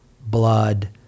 blood